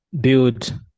build